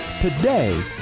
Today